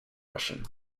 russian